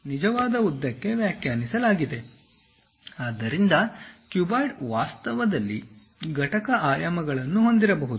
ಆದ್ದರಿಂದ ಕ್ಯೂಬಾಯ್ಡ್ ವಾಸ್ತವದಲ್ಲಿ ಘಟಕ ಆಯಾಮಗಳನ್ನು ಹೊಂದಿರಬಹುದು